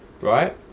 right